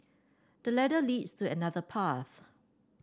the ladder leads to another path